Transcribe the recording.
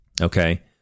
okay